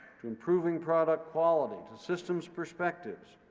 to improving product quality, to systems perspectives.